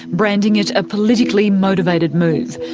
branding it a politically motivated move.